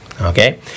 Okay